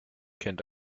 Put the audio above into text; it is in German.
kennt